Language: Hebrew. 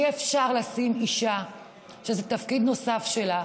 אי-אפשר לשים אישה שזה תפקיד נוסף שלה,